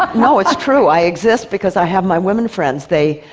um no, it's true. i exist because i have my women friends. they